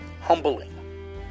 humbling